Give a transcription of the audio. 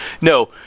no